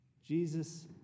Jesus